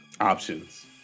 options